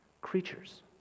creatures